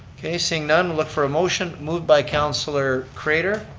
okay, seeing none, look for a motion, moved by councilor craiter,